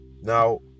Now